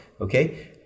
Okay